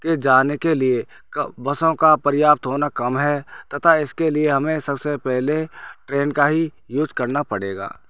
के जाने के लिए बसों का पर्याप्त होना कम है तथा इसके लिए हमें सबसे पहले ट्रेन का ही यूज करना पड़ेगा